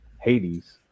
Hades